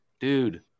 Dude